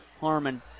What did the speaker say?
Harmon